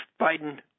Biden